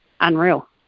unreal